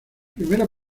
primera